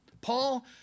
Paul